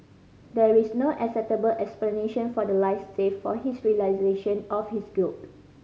there is no acceptable explanation for the lies save for his realisation of his guilt